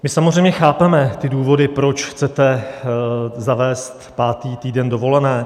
My samozřejmě chápeme ty důvody, proč chcete zavést pátý týden dovolené.